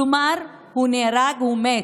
כלומר הוא נהרג, הוא מת.